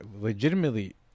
legitimately